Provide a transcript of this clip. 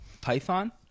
Python